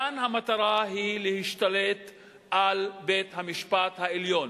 כאן המטרה היא להשתלט על בית-המשפט העליון.